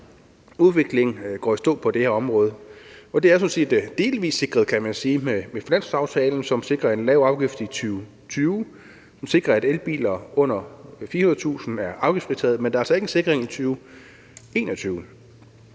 udviklingen går i stå på det her område. Det er jo sådan set, kan man sige, delvis sikret med finanslovsaftalen, som sikrer en lav afgift i 2020, og som sikrer, at elbiler under 400.000 kr. er afgiftsfritaget, men der er altså ikke en sikring i 2021.